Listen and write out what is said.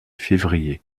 février